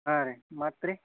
ಹಾಂ ರೀ ಮತ್ತು ರೀ